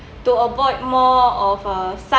to avoid more of a such